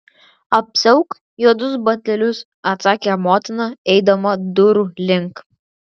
apsiauk juodus batelius atsakė motina eidama durų link